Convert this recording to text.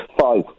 Five